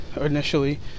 initially